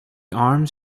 arms